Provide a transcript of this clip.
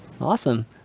Awesome